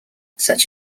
such